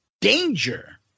Danger